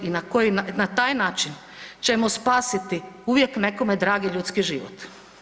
Na taj način ćemo spasiti uvijek nekome dragi ljudski život.